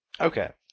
Okay